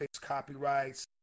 copyrights